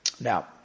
Now